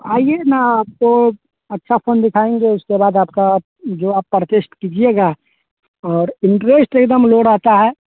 आइए ना आपको अच्छा फ़ोन दिखाएँगे उसके बाद आपका जो आप परचेस्ट कीजिएगा और इंटरेस्ट एकदम लोड आता है